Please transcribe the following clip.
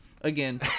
again